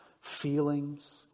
feelings